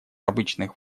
обычных